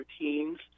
routines